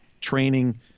training